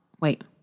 wait